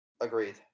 Agreed